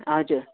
हजुर